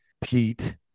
Pete